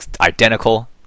identical